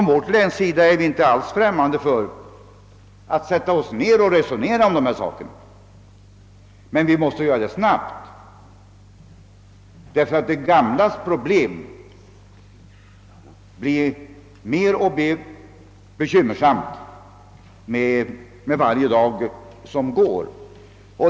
I vårt län är vi inte alls främmande för att resonera om dessa saker, men vi måste göra det snabbt, därför att de gamlas problem blir alltmer bekymmersamt för varje dag som går.